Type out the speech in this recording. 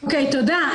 תודה.